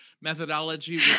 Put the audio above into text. methodology